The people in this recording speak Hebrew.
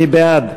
מי בעד?